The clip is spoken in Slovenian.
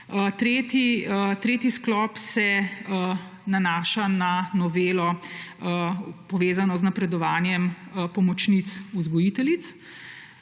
Tretji sklop se nanaša na novelo, povezano z napredovanjem pomočnic vzgojiteljic